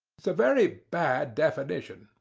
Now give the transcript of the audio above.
it's a very bad definition,